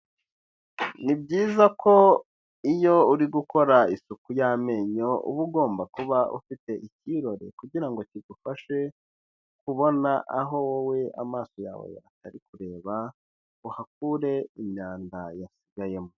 Ni byiza ko iyo uri gukora isuku y'amenyo uba ugomba kuba ufite icyirori kugira ngo kigufashe kubona aho wowe amaso yawe atari kureba kugira ngo uhakure imyanda yasigayemo.